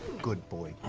good boy,